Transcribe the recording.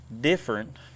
different